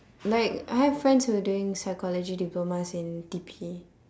like I have friends who are doing psychology diplomas in T_P